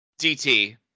DT